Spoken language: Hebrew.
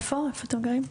איפה אתם גרים?